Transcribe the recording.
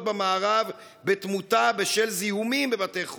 במערב בתמותה בשל זיהומים בבתי חולים,